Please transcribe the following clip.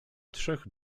trzech